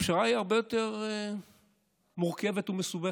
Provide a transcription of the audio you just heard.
הפשרה היא הרבה יותר מורכבת ומסובכת.